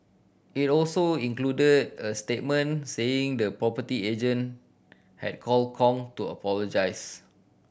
it also included a statement saying the property agent had called Kong to apologise